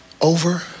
over